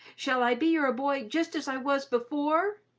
shall i be your ah boy, just as i was before?